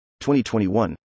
2021